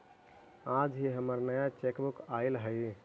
आज ही हमर नया चेकबुक आइल हई